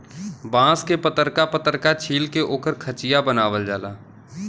बांस के पतरका पतरका छील के ओकर खचिया बनावल जाला